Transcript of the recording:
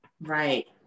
right